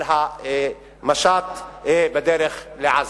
על המשט בדרך לעזה.